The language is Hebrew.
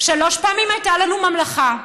שלוש פעמים הייתה לנו ממלכה,